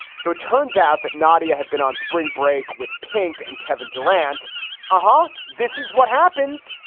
so it turns out that nadia had been on spring break with pink and kevin durant ah haha. this is what happens.